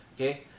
Okay